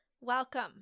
Welcome